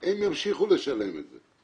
הם ימשיכו לשלם את זה.